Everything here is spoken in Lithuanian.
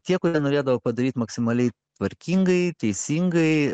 tie kurie norėdavo padaryt maksimaliai tvarkingai teisingai